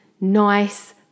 nice